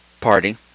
party